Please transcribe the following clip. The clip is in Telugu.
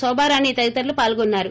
శోభారాణి తదితరులు పాల్గోన్సారు